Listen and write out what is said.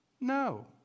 No